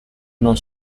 non